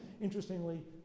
Interestingly